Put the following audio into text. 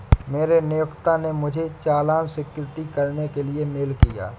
मेरे नियोक्ता ने मुझे चालान स्वीकृत करने के लिए मेल किया